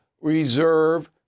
reserve